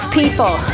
people